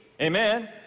Amen